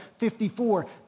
54